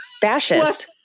Fascist